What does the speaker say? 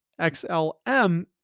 XLM